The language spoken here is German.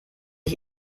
ich